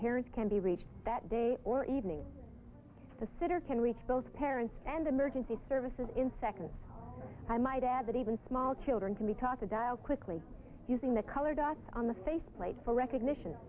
parent can be reached that day or evening the sitter can reach both parents and emergency services in seconds i might add that even small children can be taught to dial quickly using the color dots on the face plate for recognition